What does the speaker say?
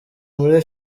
muri